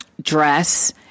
dress